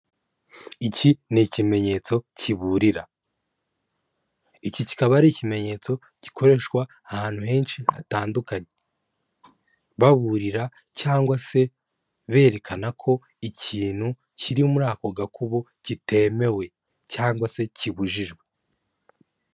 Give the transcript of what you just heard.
Iki ni ikimenyetso kiburira iki kikaba ari ikimenyetso gikoreshwa ahantu henshi hatandukanye baburira cyangwa se berekana ko ikintu kiri muri ako gakubo kitemewe cyangwa se kibujijwe.